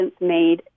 made